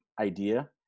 idea